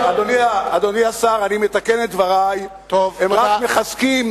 אדוני השר, אני מתקן את דברי, הם רק מחזקים